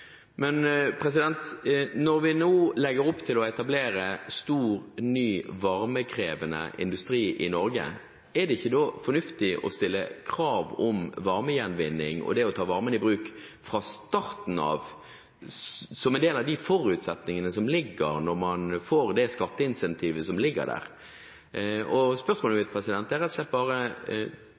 Men når vi nå legger opp til å etablere stor, ny varmekrevende industri i Norge, er det ikke da fornuftig å stille krav om varmegjenvinning og det å ta varmen i bruk fra starten av, som en del av forutsetningene når man får det skatteincentivet som ligger der? Spørsmålet mitt er rett og slett: Tenker statsråden at det er